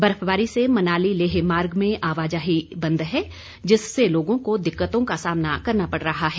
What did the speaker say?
बर्फबारी से मनाली लेह मार्ग आवाजाही के लिए बंद है जिससे लोगों को दिक्कतों का सामना करना पड़ रहा है